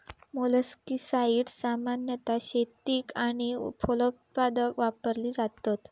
मोलस्किसाड्स सामान्यतः शेतीक आणि फलोत्पादन वापरली जातत